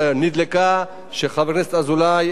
כשחבר הכנסת אזולאי